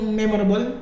memorable